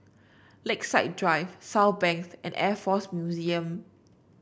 Lakeside Drive Southbank and Air Force Museum